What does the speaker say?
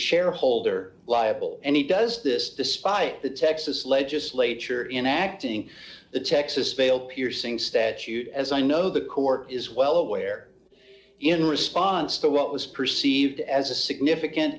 shareholder liable and he does this despite the texas legislature in acting the texas bail piercing statute as i know the court is well aware in response to what was perceived as a significant